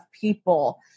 people